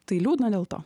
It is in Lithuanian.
tai liūdna dėl to